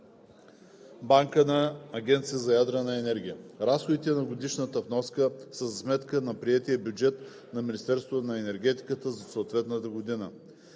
банка на Агенцията за ядрена енергия. Разходите за годишната вноска са за сметка на приетия бюджет на Министерството на енергетиката за съответната година.